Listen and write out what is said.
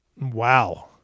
Wow